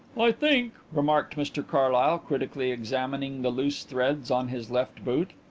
i think, remarked mr carlyle, critically examining the loose threads on his left boot,